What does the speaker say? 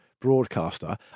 broadcaster